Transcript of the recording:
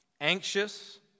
anxious